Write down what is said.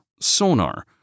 sonar